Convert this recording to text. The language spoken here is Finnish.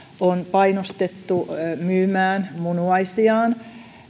on painostettu myymään munuaisiaan